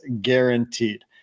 guaranteed